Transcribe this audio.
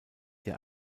der